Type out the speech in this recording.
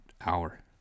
hour